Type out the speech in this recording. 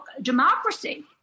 democracy